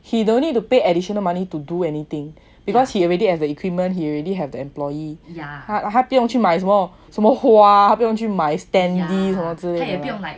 he don't need to pay additional money to do anything because he already have the equipment he already have the employee 他不用去买什么花不用去买 standee 什么之类的